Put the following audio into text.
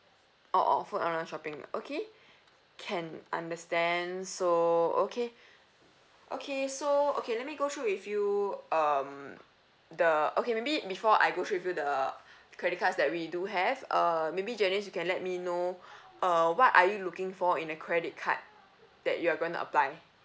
oh often around shopping ah okay can understand so okay okay so okay let me go through with you um the okay maybe before I go through with you the credit cards that we do have uh maybe janice you can let me know uh what are you looking for in a credit card that you're going to apply